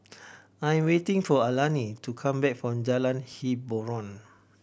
I'm waiting for Alani to come back from Jalan Hiboran